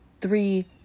three